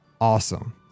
awesome